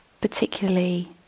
particularly